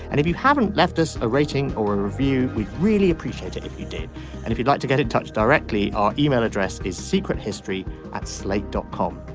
and if you haven't left us a rating or a review we really appreciate it if you did and if you'd like to get in touch directly our email address is secret history at slate dot com